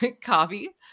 coffee